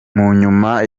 munyuma